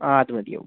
ആ അത് മതിയാവും